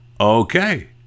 Okay